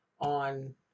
on